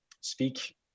speak